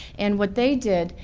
and what they did,